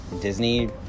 Disney